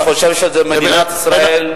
אני חושב שבמדינת ישראל,